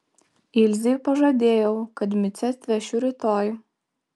ilzei pažadėjau kad micę atvešiu rytoj